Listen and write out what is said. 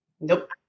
Nope